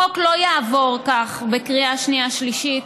החוק לא יעבור כך בקריאה שנייה ושלישית,